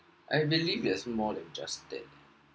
I believe there's more than just that